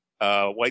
white